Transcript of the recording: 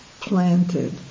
planted